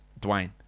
Dwayne